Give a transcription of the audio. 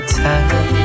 time